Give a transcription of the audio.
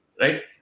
Right